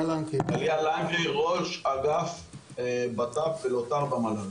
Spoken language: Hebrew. לנקרי, ראש אגף בט"פ ולוט"ר במל"ל.